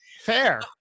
Fair